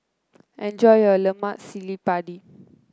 enjoy your Lemak Cili Padi